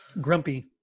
Grumpy